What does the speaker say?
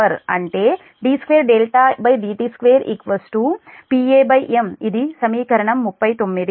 అంటే d2dt2PaM ఇది సమీకరణం 39